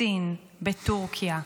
בסין, בתורכיה,